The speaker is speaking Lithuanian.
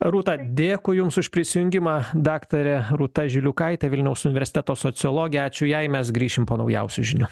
rūta dėkui jums už prisijungimą daktarė rūta žiliukaitė vilniaus universiteto sociologė ačiū jai mes grįšim po naujausių žinių